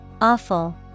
Awful